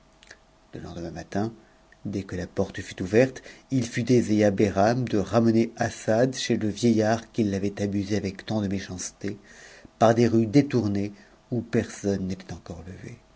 le lendemain matin dès que ta porte fut ouverte u fut aisé à behram de remener assad chez le vieillard qui l'avait abusé avec tant de méchanceté par des rues détournées où personne n'était encore levé